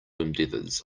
endeavors